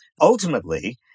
ultimately